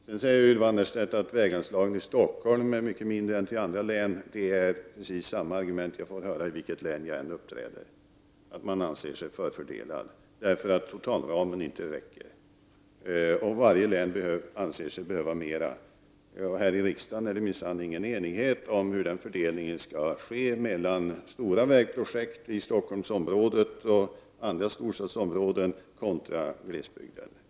Ylva Annerstedt säger att väganslagen till Stockholms län är mycket mindre än anslagen till andra län. Det är precis samma argument jag får höra i vilket län jag än uppträder. Man anser sig vara förfördelad därför att totalramen inte räcker om varje län anser sig behöva mer. Här i riksdagen är det i minsann ingen enighet om hur fördelningen skall ske mellan stora vägprojekt i Stockholmsområdet och andra storstadsområden kontra glesbygden.